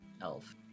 elf